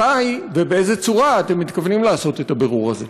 מתי ובאיזו צורה אתם מתכוונים לעשות את הבירור הזה?